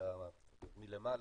מלמעלה,